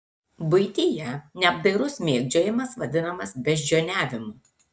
buityje neapdairus mėgdžiojimas vadinamas beždžioniavimu